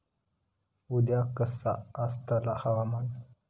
उद्या कसा आसतला हवामान?